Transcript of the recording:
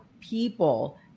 people